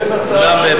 אין הצעה אחרת.